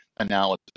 analysis